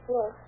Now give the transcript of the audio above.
Yes